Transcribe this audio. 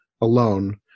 alone